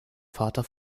vater